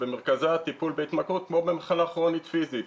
שבמרכזה הטיפול בהתמכרות כמו במחלה כרונית פיזית,